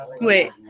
Wait